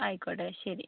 ആയിക്കോട്ടെ ശരി